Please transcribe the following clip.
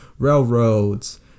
railroads